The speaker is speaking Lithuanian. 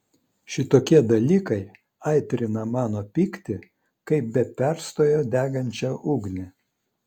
šitokie dalykai aitrina mano pyktį kaip be perstojo degančią ugnį